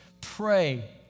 Pray